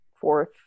fourth